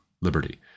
liberty